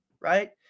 right